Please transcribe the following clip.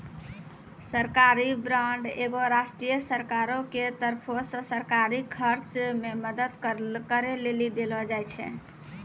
सरकारी बांड एगो राष्ट्रीय सरकारो के तरफो से सरकारी खर्च मे मदद करै लेली देलो जाय छै